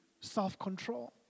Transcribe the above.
self-control